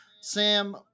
Sam